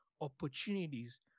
opportunities